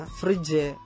fridge